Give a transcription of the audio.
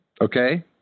okay